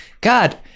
god